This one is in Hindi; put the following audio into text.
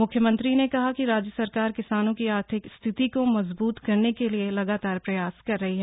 मुख्यमंत्री ने कहा कि राज्य सरकार किसानों की आर्थिक स्थिति को मजबूत करने के लिए लगातार प्रयास कर रही है